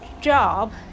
job